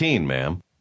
ma'am